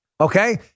Okay